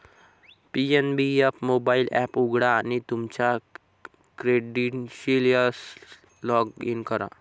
PNB एक mobile app उघडा आणि तुमच्या क्रेडेन्शियल्ससह लॉग इन करा